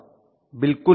बिल्कुल नहीं